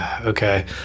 okay